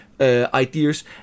ideas